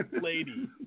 lady